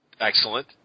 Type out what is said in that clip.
Excellent